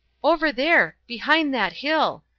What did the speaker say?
over there behind that hill,